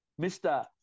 Mr